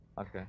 Okay